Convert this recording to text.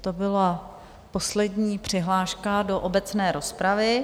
To byla poslední přihláška do obecné rozpravy.